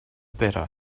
better